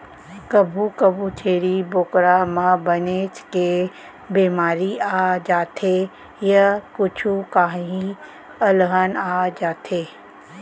कभू कभू छेरी बोकरा म बनेच के बेमारी आ जाथे य कुछु काही अलहन आ जाथे